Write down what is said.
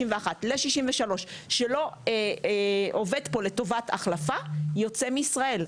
ל-63 חודשים ולא עובד לטובת החלפה יוצא מישראל,